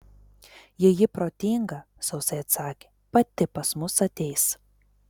jei ji protinga sausai atsakė pati pas mus ateis